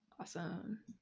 Awesome